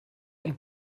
und